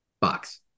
box